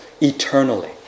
eternally